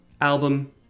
album